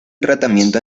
tratamiento